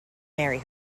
marry